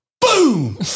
boom